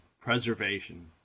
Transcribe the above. preservation